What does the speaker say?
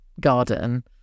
garden